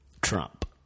Trump